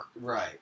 Right